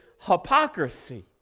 hypocrisy